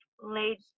laid